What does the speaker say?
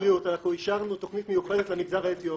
הבריאות אנחנו אישרנו תכנית מיוחדת למגזר האתיופי,